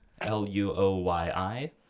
L-U-O-Y-I